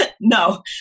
No